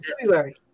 February